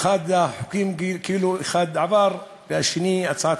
אחת עברה, והשנייה הצעת